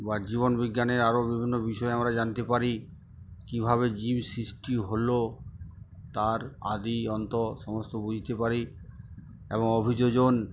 বা জীবনবিজ্ঞানের আরও বিভিন্ন বিষয় আমরা জানতে পারি কীভাবে জীব সৃষ্টি হলো তার আদি অন্ত সমস্ত বুঝতে পারি এবং অভিযোজন